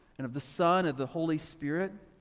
and of the son, of the holy spirit,